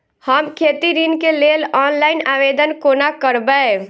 हम खेती ऋण केँ लेल ऑनलाइन आवेदन कोना करबै?